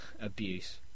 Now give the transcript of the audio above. abuse